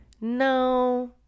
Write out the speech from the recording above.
No